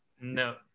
No